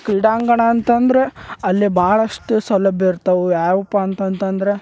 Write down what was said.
ಕ್ರೀಡಾಂಗಣ ಅಂತಂದ್ರೆ ಅಲ್ಲೇ ಭಾಳಷ್ಟ್ ಸೌಲಭ್ಯ ಇರ್ತಾವು ಯಾವುಪ್ಪ ಅಂತಂತಂದರೆ